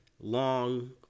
long